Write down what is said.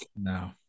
No